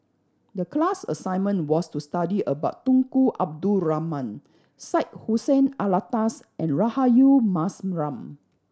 the class assignment was to study about Tunku Abdul Rahman Syed Hussein Alatas and Rahayu Mahzam